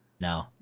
no